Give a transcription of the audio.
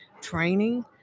training